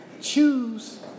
Choose